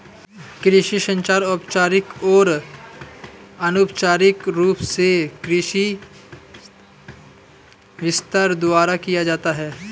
कृषि संचार औपचारिक और अनौपचारिक रूप से कृषि विस्तार द्वारा किया जाता है